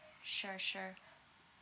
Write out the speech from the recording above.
sure sure